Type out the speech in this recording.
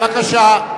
בבקשה.